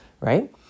right